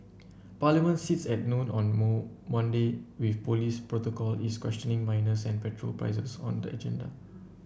parliament sits at noon on moon Monday with police protocol is questioning minors and petrol prices on the agenda